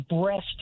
breast